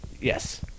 Yes